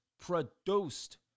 produced